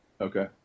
okay